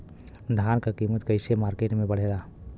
धान क कीमत कईसे मार्केट में बड़ेला?